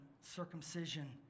circumcision